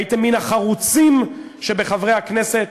הייתם מן החרוצים שבחברי הכנסת,